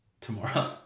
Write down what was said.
tomorrow